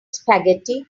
spaghetti